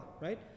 right